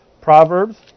Proverbs